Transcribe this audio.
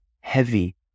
heavy